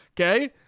Okay